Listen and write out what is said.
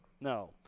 no